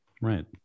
right